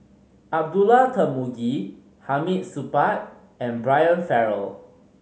Abdullah Tarmugi Hamid Supaat and Brian Farrell